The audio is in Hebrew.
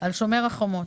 על שומר החומות,